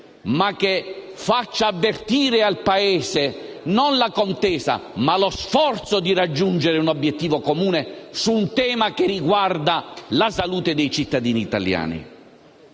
facendo avvertire al Paese non la contesa, ma lo sforzo di raggiungere un obiettivo comune su un tema che riguarda la salute dei cittadini italiani.